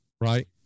right